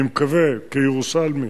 אני מקווה, כירושלמי,